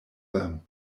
them